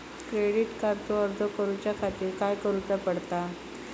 Credit कार्डचो अर्ज करुच्या खातीर काय करूचा पडता?